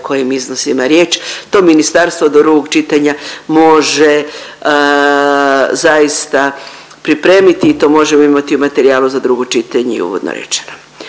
o kojim iznosima je riječ. To ministarstvo do drugog čitanja može zaista pripremiti i to možemo imati u materijalu za drugo čitanje i uvodno rečeno.